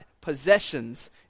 possessions